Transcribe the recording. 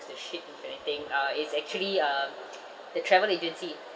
the shit if anything uh it's actually uh the travel agency